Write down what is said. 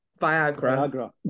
Viagra